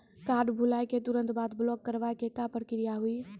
Card भुलाए के तुरंत बाद ब्लॉक करवाए के का प्रक्रिया हुई?